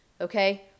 okay